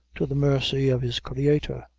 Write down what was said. to the mercy of his creator.